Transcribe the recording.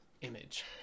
image